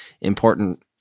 important